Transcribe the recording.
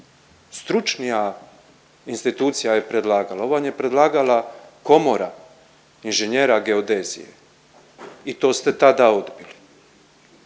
stručnija institucija je predlagala, ovo vam je predlagala Komora inženjera geodezije i to ste tada odbili.